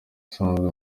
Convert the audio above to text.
usanzwe